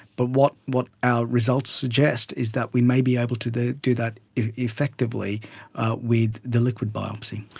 but what what our results suggest is that we may be able to do that effectively with the liquid biopsy.